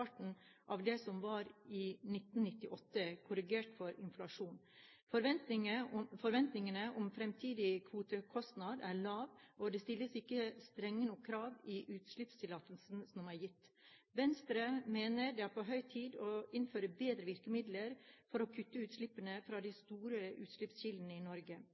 halvparten av hva den var i 1998, korrigert for inflasjon. Forventningene om fremtidig kvotekostnad er lave, og det stilles ikke strenge nok krav i utslippstillatelsene som er gitt. Venstre mener det er på høy tid å innføre bedre virkemidler for å kutte utslippene fra de store utslippskildene i Norge.